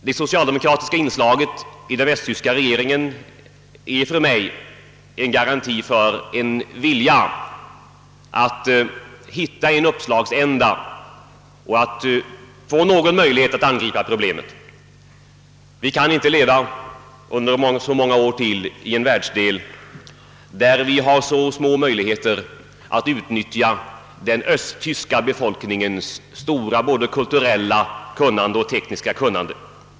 Det socialdemokratiska inslaget i den västtyska regeringen är för mig en garanti för en vilja att hitta en uppslagsända och att försöka finna möjlighet att angripa problemet. Vi kan inte under många år till acceptera att leva i en världsdel där vi har så små möjligheter att utnyttja den östtyska befolkningens stora kulturella och tekniska kunnande.